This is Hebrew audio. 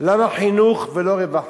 למה חינוך ולא רווחה,